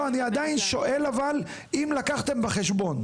לא, אני עדיין שואל אבל אם לקחתם בחשבון.